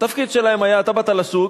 התפקיד שלהם היה, אתה באת לשוק,